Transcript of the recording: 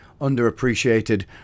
underappreciated